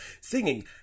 singing